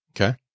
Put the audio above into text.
Okay